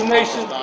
Nation